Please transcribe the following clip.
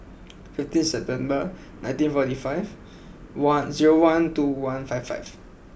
fifteen September nineteen forty five one zero one two one five five